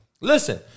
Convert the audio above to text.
Listen